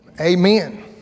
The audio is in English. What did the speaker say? Amen